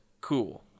cool